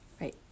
Right